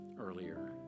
earlier